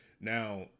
Now